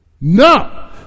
no